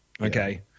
okay